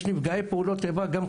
יש נפגעי פעולות איבה גם,